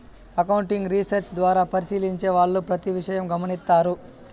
accounting research ద్వారా పరిశీలించే వాళ్ళు ప్రతి విషయం గమనిత్తారు